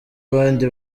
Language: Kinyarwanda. abandi